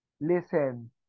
listen